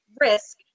risk